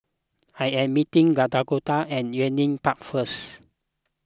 I am meeting Dakoda at Yunnan Park first